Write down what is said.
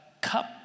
cup